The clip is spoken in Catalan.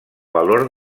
valor